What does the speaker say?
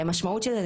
המשמעות של זה,